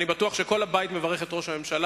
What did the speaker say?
אני בטוח שכל הבית מברך את ראש הממשלה